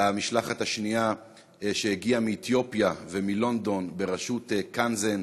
המשלחת השנייה הגיעה מאתיופיה ומלונדון בראשות קנזן,